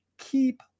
keep